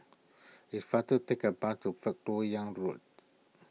it's faster take a bus to First Lok Yang Road